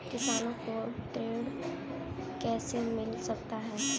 किसानों को ऋण कैसे मिल सकता है?